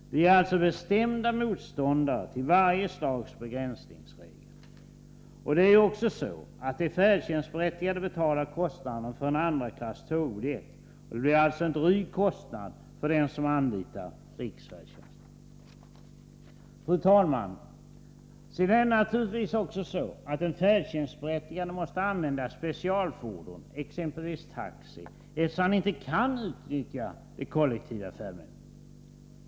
Vi är alltså bestämda motståndare till varje slags begränsningsregel. De färdtjänstberättigade betalar kostnaden för en andra klass tågbiljett, och det blir alltså en dryg kostnad för dem som anlitar riksfärdtjänsten. Fru talman! Sedan är det naturligtvis också så, att den färdtjänstberättigade måste använda specialfordon, exempelvis taxi, eftersom han inte kan utnyttja de kollektiva färdmedlen.